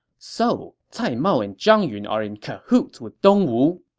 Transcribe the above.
so cai mao and zhang yun are in cahoots with dong wu!